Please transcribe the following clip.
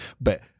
But-